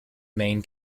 main